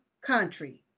country